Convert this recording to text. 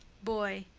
boy.